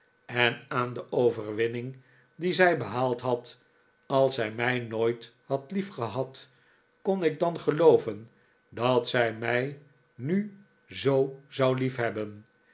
en aan de overwinning die zij behaald had als zij mij nooit had liefgehad kon ik dan gelooven dat zij mij nu zoo zou liefhebben